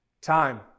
time